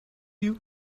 you